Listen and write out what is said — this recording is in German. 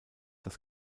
das